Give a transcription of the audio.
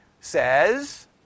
says